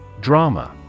Drama